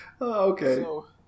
okay